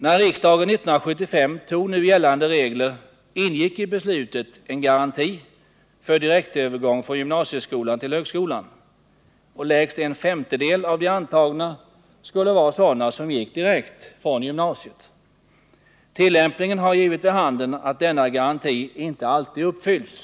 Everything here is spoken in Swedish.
När riksdagen 1975 antog nu gällande regler ingick i beslutet en garanti för direktövergång från gymnasieskolan till högskolan. Lägst en femtedel av de antagna skulle vara sådana som gick direkt från gymnasieskolan. Tillämpningen har visat sig vara sådan att denna garanti inte alltid uppfyllts.